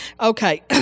Okay